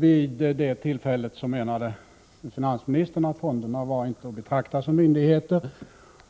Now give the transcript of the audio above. Vid det tillfället menade finansministern att fonderna inte var att betrakta som myndigheter.